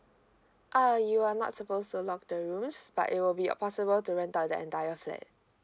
uh you are not supposed to lock the rooms but it will be a possible to rent out the entire flat